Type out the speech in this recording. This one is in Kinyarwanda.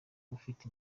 ufite